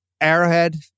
Arrowhead